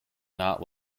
not